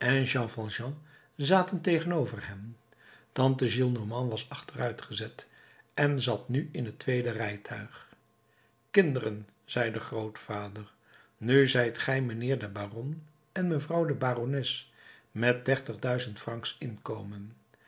zaten tegenover hen tante gillenormand was achteruitgezet en zat nu in het tweede rijtuig kinderen zei de grootvader nu zijt gij mijnheer de baron en mevrouw de barones met dertig duizend francs inkomen